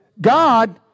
God